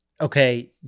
okay